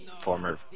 former